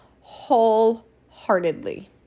wholeheartedly